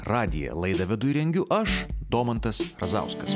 radiją laidą vedu ir rengiu aš domantas razauskas